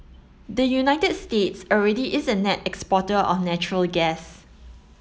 the United States already is a net exporter of natural gas